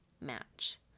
match